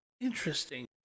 Interesting